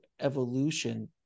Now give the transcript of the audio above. evolution